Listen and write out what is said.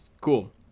cool